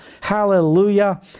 Hallelujah